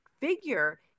figure